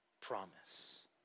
promise